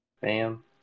Bam